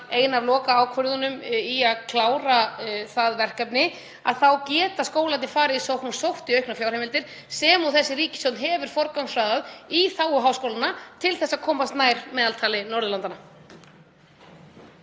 ein af lokaákvörðunum í að klára það verkefni — þá geti skólarnir farið í sókn og sótt í auknar fjárheimildir sem þessi ríkisstjórn hefur forgangsraðað í þágu háskólanna til að komast nær meðaltali Norðurlandanna.